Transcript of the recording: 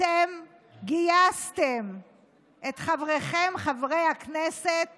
אתם גייסתם את חבריכם חברי הכנסת